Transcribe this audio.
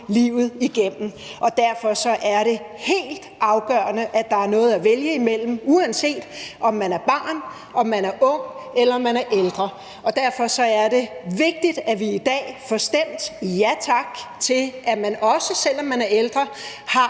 livet igennem. Og derfor er det helt afgørende, at der er noget at vælge imellem, uanset om man er barn, om man er ung, eller om man er ældre. Derfor er det vigtigt, at vi i dag får stemt ja tak til, at man, selv om man er ældre,